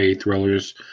thrillers